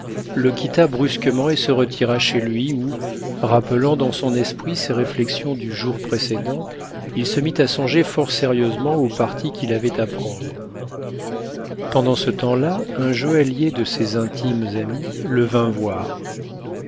le quitta brusquement et se retira chez lui où rappelant dans son esprit ses réflexions du jour précédent il se mit à songer fort sérieusement au parti qu'il avait à prendre pendant ce temps-là un joaillier de ses intimes amis le vint voir